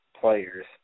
players